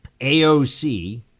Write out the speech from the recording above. AOC